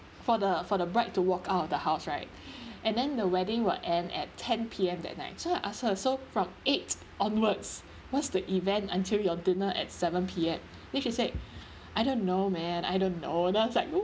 for the for the bride to walk out of the house right and then the wedding will end at ten P_M that night so I ask her so from eight onwards what's the event until your dinner at seven P_M then she said I don't know man I don't know then I was like